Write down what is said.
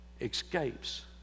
escapes